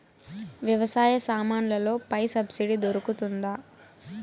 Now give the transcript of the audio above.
వ్యవసాయ సామాన్లలో పై సబ్సిడి దొరుకుతుందా?